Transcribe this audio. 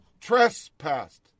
trespassed